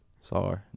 Sorry